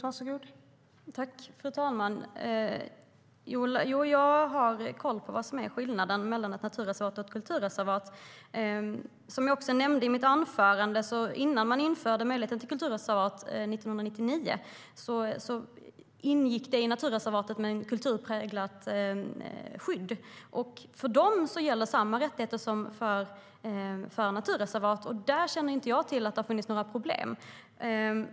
Fru talman! Jag har koll på skillnaden mellan ett naturreservat och ett kulturreservat. Som jag nämnde i mitt anförande ingick kulturreservatet i naturreservatet med ett kulturpräglat skydd innan man införde möjligheten till kulturreservat 1999. Där gäller samma rättigheter som för naturreservat. Och jag känner inte till att det har funnits några problem där.